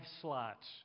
slots